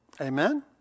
Amen